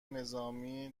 نظامی